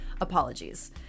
Apologies